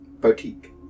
Boutique